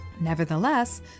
Nevertheless